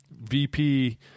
VP